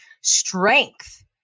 strength